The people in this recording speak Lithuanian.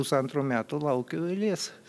pusantrų metų laukiu eilės